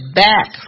back